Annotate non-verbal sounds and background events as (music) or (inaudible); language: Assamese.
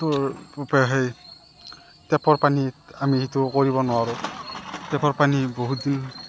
(unintelligible) টেপৰ পানীত আমি সেইটো কৰিব নোৱাৰোঁ টেপৰ পানী বহুত দিন